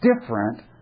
different